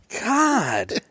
god